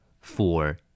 four